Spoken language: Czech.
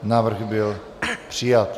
Návrh byl přijat.